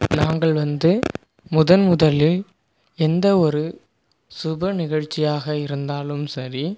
நாங்கள் வந்து முதன் முதலில் எந்த ஒரு சுப நிகழ்ச்சியாக இருந்தாலும் சரி